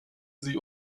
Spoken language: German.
sie